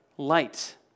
Light